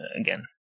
again